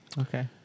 Okay